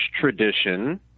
tradition